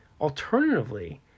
Alternatively